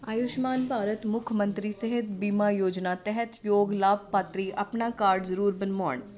ਆਯੁਸ਼ਮਾਨ ਭਾਰਤ ਮੁੱਖ ਮੰਤਰੀ ਸਿਹਤ ਬੀਮਾ ਯੋਜਨਾ ਤਹਿਤ ਯੋਗ ਲਾਭਪਾਤਰੀ ਆਪਣਾ ਕਾਰਡ ਜ਼ਰੂਰ ਬਣਵਾਉਣ